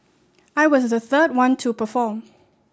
I was the third one to perform